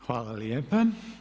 Hvala lijepa.